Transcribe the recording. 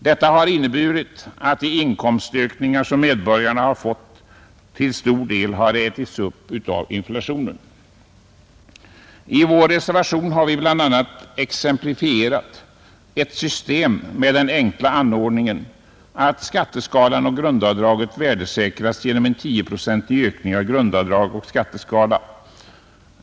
Detta har inneburit att de inkomstökningar som medborgarna har fått till stor del har ätits upp av inflationen. I vår reservation till skatteutskottets betänkande nr 40 har vi bl.a. exemplifierat ett system med den enkla anordningen att skatteskalan och grundavdraget värdesäkras genom en tioprocentig ökning av grundavdrag och skatteskala.